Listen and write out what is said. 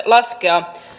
laskea